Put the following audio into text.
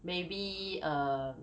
maybe um